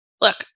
Look